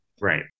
right